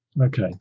okay